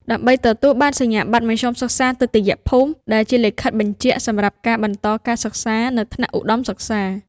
ដើម្បីទទួលបាន សញ្ញាបត្រមធ្យមសិក្សាទុតិយភូមិ ដែលជាលិខិតបញ្ជាក់សម្រាប់ការបន្តការសិក្សានៅថ្នាក់ឧត្តមសិក្សា។